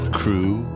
crew